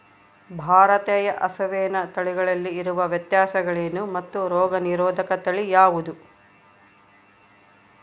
ಭಾರತೇಯ ಹಸುವಿನ ತಳಿಗಳಲ್ಲಿ ಇರುವ ವ್ಯತ್ಯಾಸಗಳೇನು ಮತ್ತು ರೋಗನಿರೋಧಕ ತಳಿ ಯಾವುದು?